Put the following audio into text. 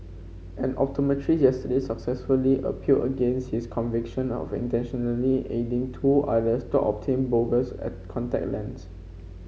an optometrist yesterday successfully appealed against his conviction of intentionally aiding two others to obtain bogus a contact